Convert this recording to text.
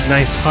Nice